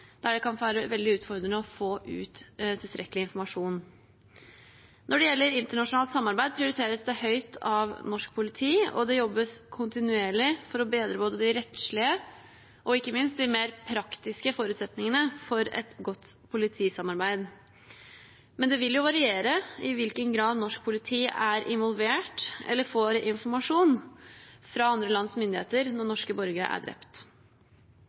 der det kan være veldig utfordrende å få ut tilstrekkelig informasjon. Når det gjelder internasjonalt samarbeid, prioriteres det høyt av norsk politi, og det jobbes kontinuerlig for å bedre både de rettslige og ikke minst de mer praktiske forutsetningene for et godt politisamarbeid. Men det vil variere i hvilken grad norsk politi er involvert eller får informasjon fra andre lands myndigheter når norske borgere er drept.